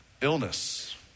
illness